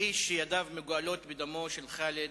האיש שידיו מגואלות בדמו של ח'אלד,